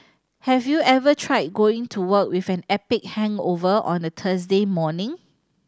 have you ever tried going to work with an epic hangover on a Thursday morning